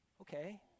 Okay